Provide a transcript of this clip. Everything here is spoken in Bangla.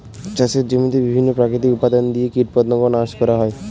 চাষের জমিতে বিভিন্ন প্রাকৃতিক উপাদান দিয়ে কীটপতঙ্গ নাশ করা হয়